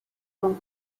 when